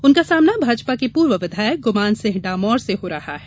उनका सामना भाजपा के पूर्व विधायक गुमान सिंह डामोर से हो रहा है